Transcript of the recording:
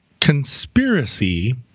conspiracy